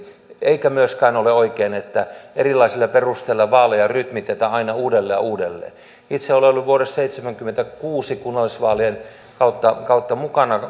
eikä myöskään ole oikein että erilaisilla perusteilla vaaleja rytmitetään aina uudelleen ja uudelleen itse olen ollut vuodesta seitsemänkymmentäkuusi kunnallisvaa lien kautta kautta mukana